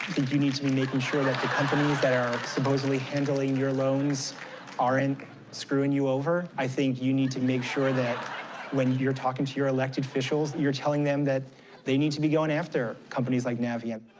think you need to be making sure that the companies that are supposedly handling your loans aren't screwing you over. i think you need to make sure that when you're talking to your elected officials, you're telling them that they need to be going after companies like navient.